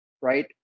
right